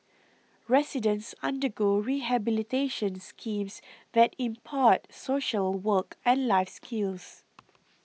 residents undergo rehabilitation schemes that impart social work and life skills